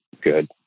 good